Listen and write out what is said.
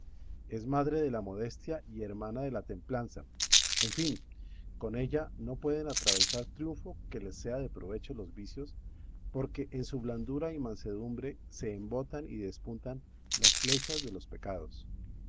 es madre de la modestia y hermana de la templanza en fin con ella no pueden atravesar triunfo que les sea de provecho los vicios porque en su blandura y mansedumbre se embotan y despuntan las flechas de los pecados